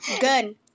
Good